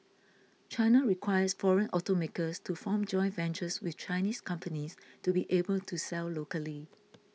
China requires foreign automakers to form joint ventures with Chinese companies to be able to sell locally